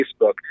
Facebook